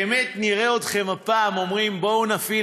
באמת נראה אתכם הפעם אומרים: בואו נפעיל